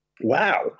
Wow